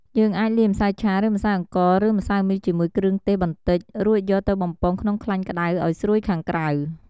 យើងអាចលាយម្សៅឆា ឬ ម្សៅអង្ករ ឬ ម្សៅមីជាមួយគ្រឿងទេសបន្តិច រួចយកទៅបំពងក្នុងខ្លាញ់ក្តៅឱ្យស្រួយខាងក្រៅ។